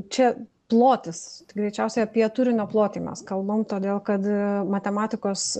čia plotis greičiausiai apie turinio plotį mes kalbam todėl kad matematikos